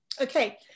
Okay